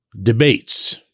debates